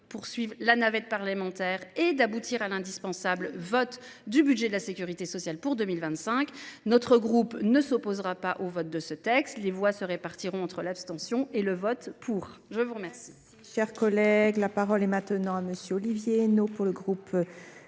poursuivre la navette parlementaire et d’aboutir à l’indispensable adoption du budget de la sécurité sociale pour 2025, notre groupe ne s’opposera pas à ce texte. Nos voix se répartiront entre abstention et vote en faveur du projet